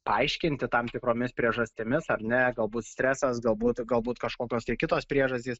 paaiškinti tam tikromis priežastimis ar ne galbūt stresas galbūt galbūt kažkokios tai kitos priežastys